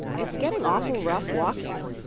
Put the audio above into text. it's getting awful rough walking,